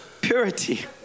Purity